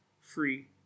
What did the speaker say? free